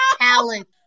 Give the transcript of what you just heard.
talent